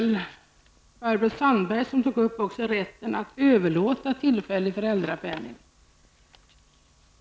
Barbro Sandberg tog upp frågan om rätten att överlåta tillfällig föräldrapenning.